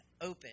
open